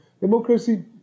Democracy